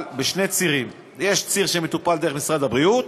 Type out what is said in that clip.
בשני צירים: יש ציר שמטופל דרך משרד הבריאות,